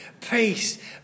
peace